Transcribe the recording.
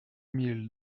mille